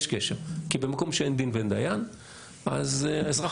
יש קשר כי במקום שאין דין ואין דיין אז האזרח